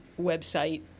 website